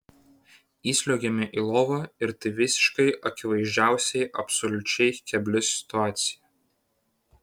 įsliuogiame į lovą ir tai visiškai akivaizdžiausiai absoliučiai kebli situacija